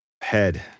Head